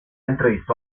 entrevistó